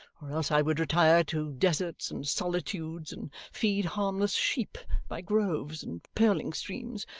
or else i would retire to deserts and solitudes, and feed harmless sheep by groves and purling streams.